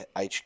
HQ